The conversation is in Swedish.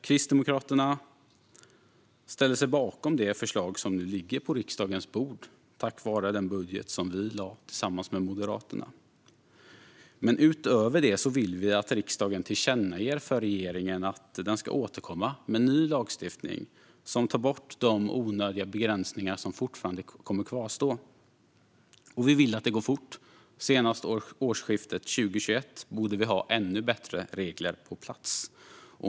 Kristdemokraterna ställer sig bakom det förslag som nu ligger på riksdagens bord tack vare den budget vi lade fram tillsammans med Moderaterna, men utöver det vill vi att riksdagen tillkännager för regeringen att den ska återkomma med ny lagstiftning som tar bort de onödiga begränsningar som fortfarande kommer att kvarstå. Och vi vill att det går fort; senast vid årsskiftet 2020/2021 borde vi ha ännu bättre regler på plats.